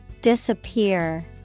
Disappear